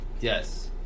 Yes